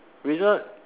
Razer